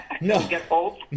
no